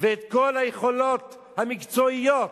וכל היכולות המקצועיות,